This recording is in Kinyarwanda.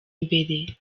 imbere